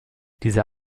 dieser